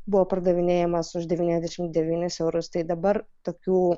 buvo pardavinėjamas už devyniasdešimt devynis eurus tai dabar tokių